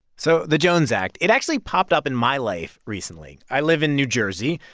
so the jones act it actually popped up in my life recently. i live in new jersey.